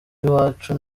iwacu